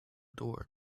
door